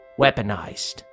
Weaponized